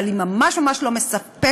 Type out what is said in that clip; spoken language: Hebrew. אבל היא ממש ממש לא מספקת.